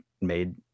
made